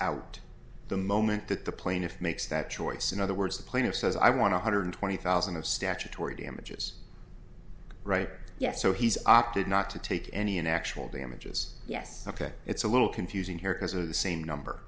out the moment that the plaintiff makes that choice in other words the plaintiff says i want to hundred twenty thousand of statutory damages right yes so he's opted not to take any in actual damages yes ok it's a little confusing here because of the same number